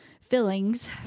fillings